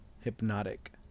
Hypnotic